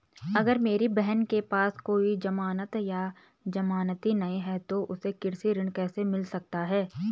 अगर मेरी बहन के पास कोई जमानत या जमानती नहीं है तो उसे कृषि ऋण कैसे मिल सकता है?